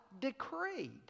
decreed